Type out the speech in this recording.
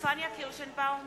פניה קירשנבאום,